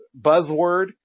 buzzword